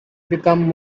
became